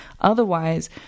Otherwise